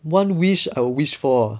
one wish I wished for